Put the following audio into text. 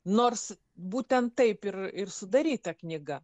nors būtent taip ir ir sudaryta knyga